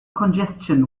congestion